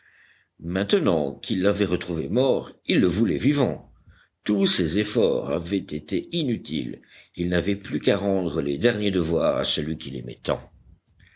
maintenant qu'il l'avait retrouvé mort il le voulait vivant tous ses efforts avaient été inutiles il n'avait plus qu'à rendre les derniers devoirs à celui qu'il aimait tant